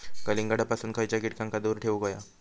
कलिंगडापासून खयच्या कीटकांका दूर ठेवूक व्हया?